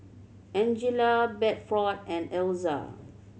Angella Bedford and Elza